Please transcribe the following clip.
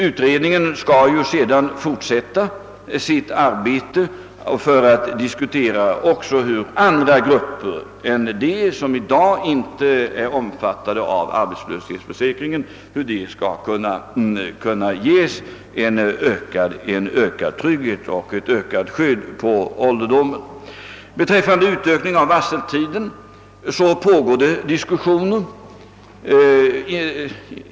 Utredningen skall ju sedan fortsätta sitt arbete för att diskutera, hur andra grupper än de som i dag inte är omfattade av arbetslöshetsförsäkringen skall kunna ges ökad trygghet och ökat skydd på ålderdomen. Beträffande utökning av varseltiden pågår diskussioner.